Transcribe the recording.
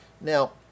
Now